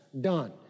done